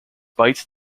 byte